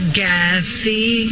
gassy